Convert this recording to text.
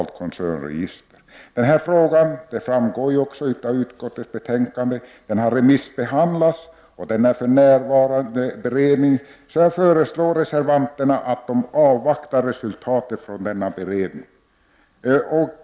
Frågan har remissbehandlats, vilket också framgår av utskottsbetänkandet, och är för närvarande under beredning. Jag föreslår reservanterna att avvakta resultatet av den beredningen.